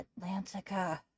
Atlantica